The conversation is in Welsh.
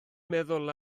meddwl